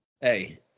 Hey